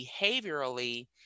behaviorally